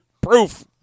Proof